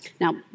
Now